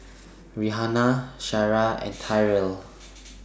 Rhianna Sariah and Tyrell